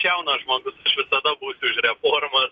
jaunas žmogus aš visada būsiu už reformas